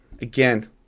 Again